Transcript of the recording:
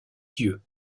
dieu